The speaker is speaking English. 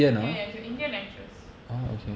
ya ya she's a indian actress